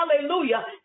hallelujah